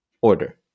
order